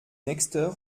nexter